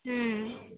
হুম